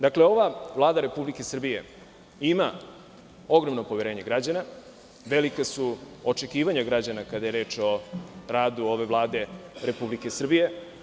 Dakle ova Vlada Republike Srbije ima ogromno poverenje građana, velika su očekivanja građana kada je reč o radu ove Vlade Republike Srbije.